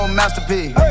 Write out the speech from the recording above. masterpiece